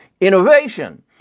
innovation